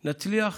נצליח,